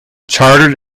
chartered